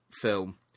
film